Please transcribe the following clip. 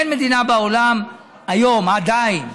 אין מדינה בעולם היום, עדיין,